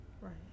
Right